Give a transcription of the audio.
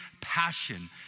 passion